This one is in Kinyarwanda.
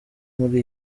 muri